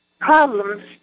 problems